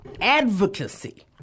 advocacy